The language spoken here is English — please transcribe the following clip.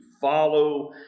follow